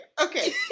okay